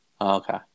Okay